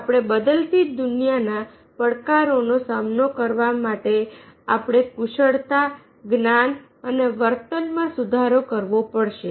આપણે બદલતી દુનિયા ના પડકારોનો સામનો કરવા માટે આપણે કુશળતા જ્ઞાન અને વર્તનમાં સુધારો કરવો પડશે